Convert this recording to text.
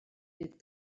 bydd